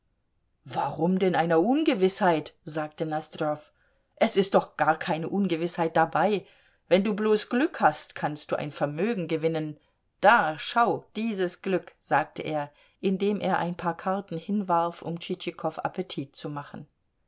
warum denn einer ungewißheit sagte nosdrjow es ist doch gar keine ungewißheit dabei wenn du bloß glück hast kannst du ein vermögen gewinnen da schau dieses glück sagte er indem er ein paar karten hinwarf um tschitschikow appetit zu machen